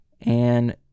and-